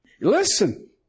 Listen